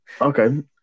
Okay